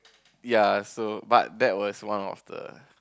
ya so but that was one of the